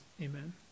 amen